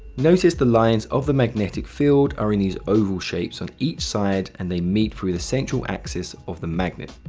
notice the lines of the magnetic field are in these oval shapes on each side, and they meet through the central axis of the magnet.